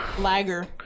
Lager